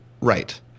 Right